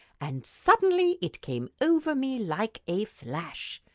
and suddenly it came over me like a flash!